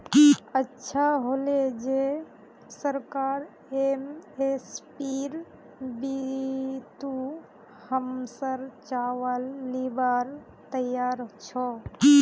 अच्छा हले जे सरकार एम.एस.पीर बितु हमसर चावल लीबार तैयार छ